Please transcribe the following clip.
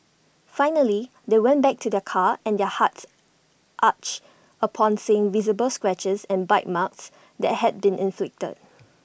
finally they went back to their car and their hearts ached upon seeing the visible scratches and bite marks that had been inflicted